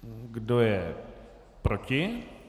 Kdo je proti?